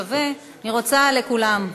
שווה לכולם.